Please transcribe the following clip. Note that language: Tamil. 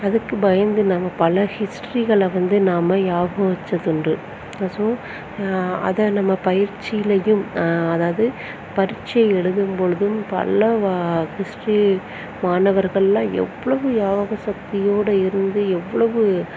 அதுக்கு பயந்து நம்ம பல ஹிஸ்ட்ரிகளை வந்து நாம் ஞாபகோம் வச்சதுண்டு அ சு அதை நம்ம பயிற்சிலேயும் அதாவது பரிட்சை எழுதும் பொழுதும் பல வா ஹிஸ்ட்ரி மாணவர்கள்லாம் எவ்வளோ ஞாபகம் சக்தியோடு இருந்து எவ்வளோ